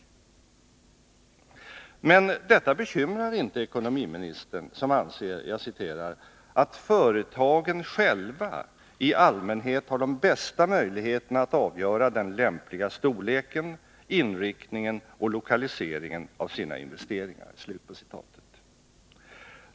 Men detta bekymrar inte ekonomiministern, som anser ”att företagen själva i allmänhet har de bästa möjligheterna att avgöra den lämpliga storleken, inriktningen och lokaliseringen av sina investeringar”.